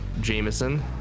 Jameson